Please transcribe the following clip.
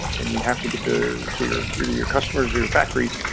and you have to get to to your either your customers or your factories.